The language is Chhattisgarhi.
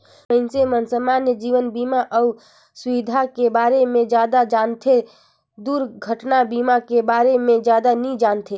मइनसे मन समान्य जीवन बीमा अउ सुवास्थ के बारे मे जादा जानथें, दुरघटना बीमा के बारे मे जादा नी जानें